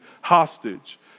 hostage